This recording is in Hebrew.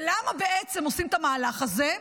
ולמה בעצם עושים את המהלך הזה?